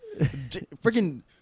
Freaking